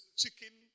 chicken